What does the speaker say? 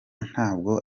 ntabwo